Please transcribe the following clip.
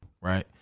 right